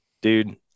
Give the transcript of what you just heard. dude